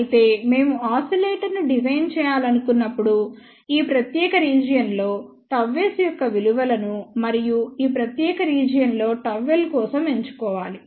అయితే మేము ఆసిలేటర్ను డిజైన్ చేయాలనుకున్నప్పుడుఈ ప్రత్యేక రీజియన్ లో Γs యొక్క విలువలను మరియు ఈ ప్రత్యేక రీజియన్ లో ΓL కోసం ఎంచుకోవాలి